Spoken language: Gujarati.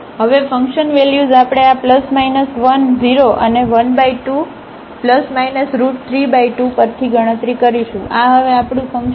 તેથી હવે ફંકશન વેલ્યુઝ આપણે આ ±10 અને 12±32 પરથી ગણતરી કરીશું આ હવે આપણું ફંક્શન આ છે